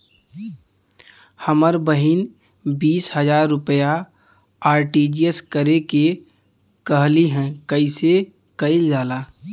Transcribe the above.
हमर बहिन बीस हजार रुपया आर.टी.जी.एस करे के कहली ह कईसे कईल जाला?